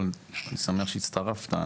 אני שמח שהצטרפת,